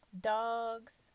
dogs